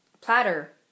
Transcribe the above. platter